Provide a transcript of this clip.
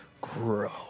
grow